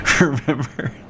Remember